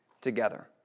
together